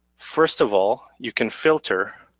first of all, you can filter